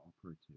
operative